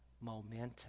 Momentum